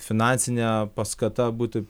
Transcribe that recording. finansinė paskata būtų